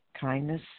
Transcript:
kindness